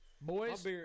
Boys